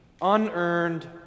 unearned